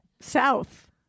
south